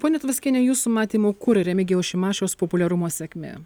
ponia tvaskiene jūsų matymu kur remigijaus šimašiaus populiarumo sėkmė